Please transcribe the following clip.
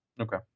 Okay